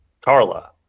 Carla